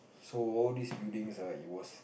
so all these buildings err it was